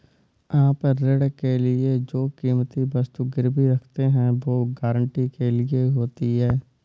आप ऋण के लिए जो कीमती वस्तु गिरवी रखते हैं, वो गारंटी के लिए होती है